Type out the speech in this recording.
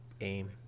aim